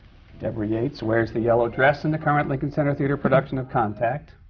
deborah yates wears the yellow dress in the current lincoln center theatre production of contact.